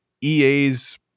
EA's